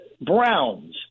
Browns